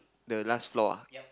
the last floor ah